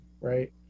right